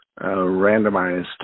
randomized